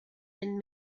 been